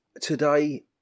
today